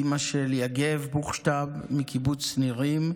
אימא של יגב בוכשטב מקיבוץ נירים,